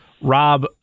Rob